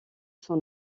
son